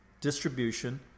distribution